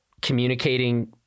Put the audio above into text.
communicating